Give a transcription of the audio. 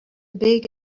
big